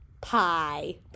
Pie